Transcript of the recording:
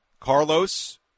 Carlos